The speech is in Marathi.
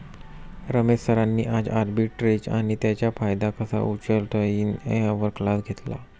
रमेश सरांनी आज आर्बिट्रेज आणि त्याचा फायदा कसा उठवता येईल यावर क्लास घेतला